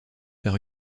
par